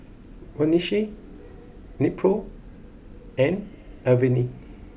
Vagisil Nepro and Avene